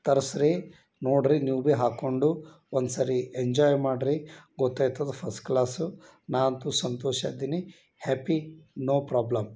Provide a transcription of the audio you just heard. ತರಿಸ್ರಿ ನೋಡಿರಿ ನೀವು ಭಿ ಹಾಕ್ಕೊಂಡು ಒಂದು ಸರಿ ಎಂಜಾಯ್ ಮಾಡಿರಿ ಗೊತ್ತಾಗ್ತದ ಫಸ್ಟ್ ಕ್ಲಾಸು ನಾ ಅಂತು ಸಂತೋಷ ಅದೀನಿ ಹ್ಯಾಪಿ ನೋ ಪ್ರೋಬ್ಲಮ್